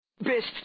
Best